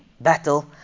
battle